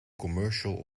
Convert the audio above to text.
commercial